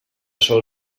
sol